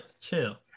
chill